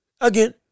again